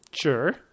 sure